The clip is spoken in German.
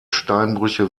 steinbrüche